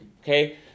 Okay